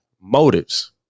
motives